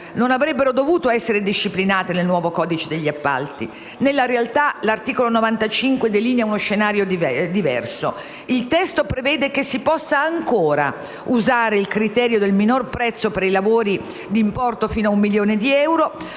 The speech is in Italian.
non avrebbero dovuto essere disciplinate nel nuovo codice degli appalti. Nella realtà, l'articolo 95 delinea uno scenario diverso. Il testo prevede che si possa ancora usare il criterio del minor prezzo per i lavori di importo fino ad 1 milione di euro,